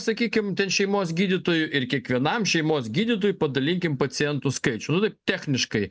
sakykim ten šeimos gydytojų ir kiekvienam šeimos gydytojui padalinkim pacientų skaičių techniškai